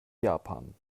japan